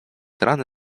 rany